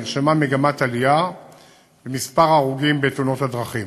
נרשמה מגמת עלייה במספר ההרוגים בתאונות דרכים.